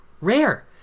rare